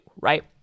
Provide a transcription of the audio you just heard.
Right